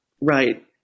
right